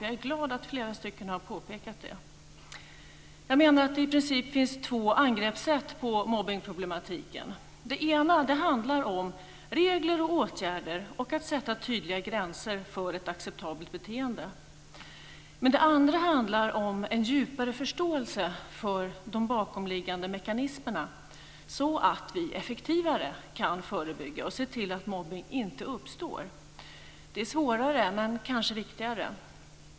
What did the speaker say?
Jag är glad att flera har påpekat det. Jag menar att det i princip finns två angreppssätt på mobbningsproblematiken. Det ena handlar om regler, åtgärder och att sätta tydliga gränser för ett acceptabelt beteende. Det andra handlar om en djupare förståelse för de bakomliggande mekanismerna så att vi effektivare kan förebygga och se till att mobbning inte uppstår. Det är svårare, men kanske viktigare.